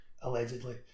allegedly